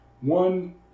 one